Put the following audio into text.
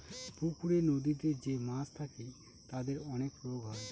পুকুরে, নদীতে যে মাছ থাকে তাদের অনেক রোগ হয়